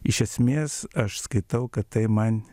iš esmės aš skaitau kad tai man